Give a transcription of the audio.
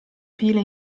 pila